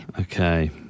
Okay